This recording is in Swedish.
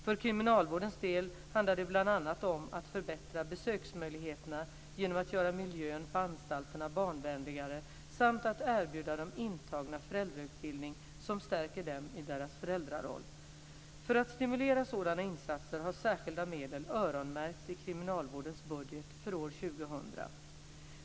För kriminalvårdens del handlar det bl.a. om att förbättra besöksmöjligheterna genom att göra miljön på anstalterna barnvänligare samt att erbjuda de intagna föräldrautbildning som stärker dem i deras föräldraroll. För att stimulera sådana insatser har särskilda medel öronmärkts i kriminalvårdens budget för år 2000.